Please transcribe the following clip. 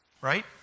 Right